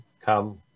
come